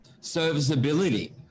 serviceability